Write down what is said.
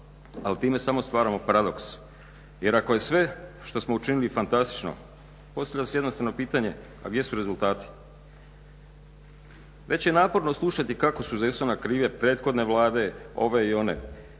ali time samo stvaramo paradoks. Jer ako je sve što smo učinili fantastično, postavlja se jednostavno pitanje a gdje su rezultati? Već je naporno slušati kako su za izostanak krive prethodne Vlade, ove i one.